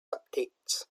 updates